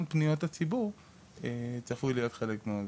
גם פניות הציבור צפוי להיות חלק מאוד גדול.